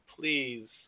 please